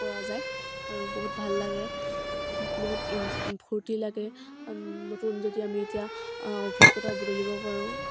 পৰা যায় আৰু বহুত ভাল লাগে বহুত ইঞ্জ ফূৰ্তি লাগে নতুন যদি আমি এতিয়া অভিজ্ঞতা বুটলিব পাৰোঁ